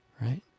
Right